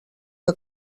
que